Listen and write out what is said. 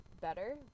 better